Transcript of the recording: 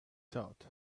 thought